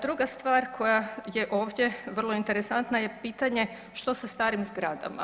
Druga stvar koja je ovdje vrlo interesantna je pitanje što sa starim zgradama?